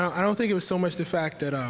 i don't think it was so much the fact that um